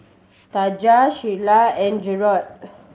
Tanja Sheyla and Jerod